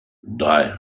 drei